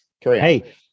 Hey